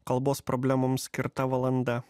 kalbos problemoms skirta valanda